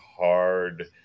hard